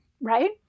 Right